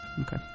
Okay